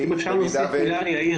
אני רוצה להוסיף מילה לגבי